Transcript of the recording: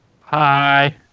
Hi